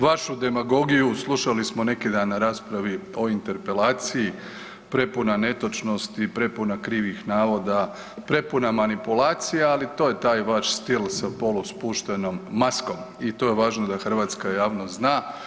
Vašu demagogiju slušali smo neki dan na raspravi o Interpelaciji, prepuna netočnosti, prepuna krivih navoda, prepuna manipulacija, ali to je taj vaš stil sa poluspuštenom maskom i to je važno da hrvatska javnost zna.